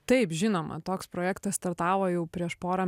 taip žinoma toks projektas startavo jau prieš porą